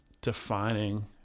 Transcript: defining